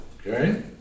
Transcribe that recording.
Okay